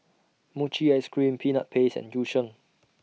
Mochi Ice Cream Peanut Paste and Yu Sheng